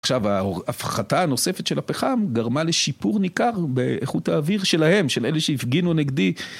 עכשיו ההפחתה הנוספת של הפחם גרמה לשיפור ניכר באיכות האוויר שלהם, של אלה שהפגינו נגדי.